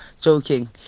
joking